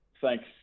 thanks